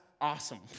awesome